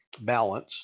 balance